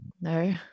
No